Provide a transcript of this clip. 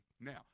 Now